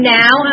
now